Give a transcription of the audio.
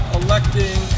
electing